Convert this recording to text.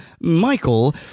Michael